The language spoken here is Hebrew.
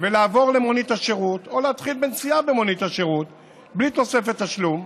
ולעבור למונית השירות או להתחיל בנסיעה במונית השירות בלי תוספת תשלום,